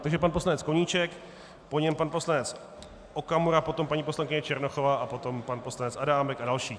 Takže pan poslanec Koníček, po něm pan poslanec Okamura a potom paní poslankyně Černochová a potom pan poslanec Adámek a další.